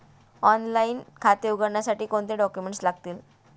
Online खाते उघडण्यासाठी कोणते डॉक्युमेंट्स लागतील?